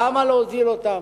למה להוזיל אותן?